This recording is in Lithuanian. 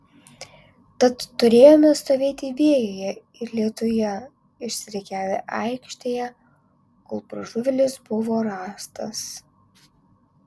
tad turėjome stovėti vėjyje ir lietuje išsirikiavę aikštėje kol pražuvėlis buvo rastas